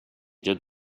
did